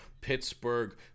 Pittsburgh